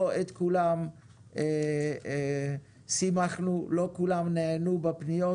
לא את כולם שמחנו, לא כולם נענו בפניות,